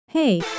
Hey